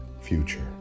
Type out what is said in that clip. future